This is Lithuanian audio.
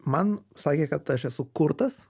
man sakė kad aš esu kurtas